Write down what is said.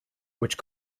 which